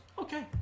okay